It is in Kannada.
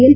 ಎಲ್